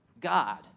God